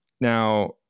Now